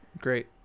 Great